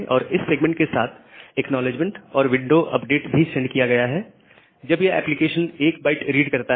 और इस सेगमेंट के साथ एक्नॉलेजमेंट और विंडो अपडेट भी सेंड किया गया है जब यह एप्लीकेशन 1 वाइट रीड करता है